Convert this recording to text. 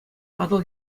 атӑл